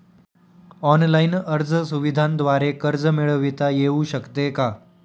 Online अर्ज सुविधांद्वारे कर्ज मिळविता येऊ शकते का?